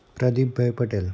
Pradeepbhai Patel